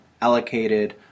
allocated